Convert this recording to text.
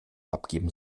abgeben